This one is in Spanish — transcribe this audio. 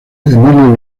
emilio